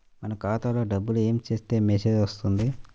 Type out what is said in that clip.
మన ఖాతాలో డబ్బులు ఏమి చేస్తే మెసేజ్ వస్తుంది?